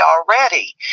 already